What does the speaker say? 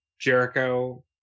Jericho